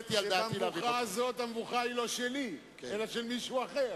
שהמבוכה הזאת לא שלי אלא של מישהו אחר.